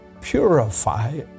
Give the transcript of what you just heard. purify